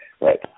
right